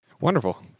Wonderful